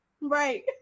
Right